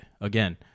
again